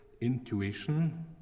intuition